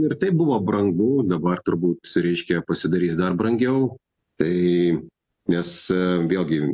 ir taip buvo brangu dabar turbūt reiškia pasidarys dar brangiau tai nes vėlgi